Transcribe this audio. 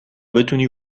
بتونی